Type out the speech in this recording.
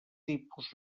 tipus